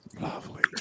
Lovely